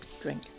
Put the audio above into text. drink